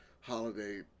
holiday